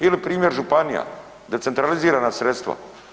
Ili primjer županija, decentralizirana sredstva.